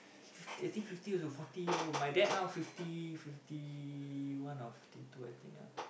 fif~ I think fifty to forty year old my dad now fifty fifty one or fifty two I think ah